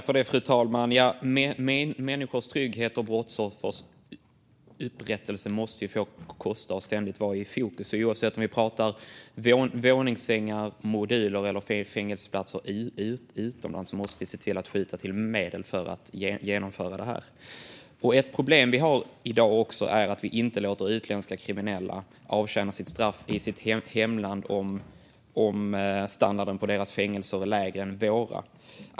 Fru talman! Människors trygghet och brottsoffers upprättelse måste få kosta och ständigt vara i fokus. Oavsett om vi pratar våningssängar och moduler eller fängelseplatser utomlands måste vi se till att skjuta till medel för att genomföra detta. Ett annat problem vi har i dag är att vi inte låter utländska kriminella avtjäna sitt straff i sitt hemland om standarden på det landets fängelser är lägre än vår.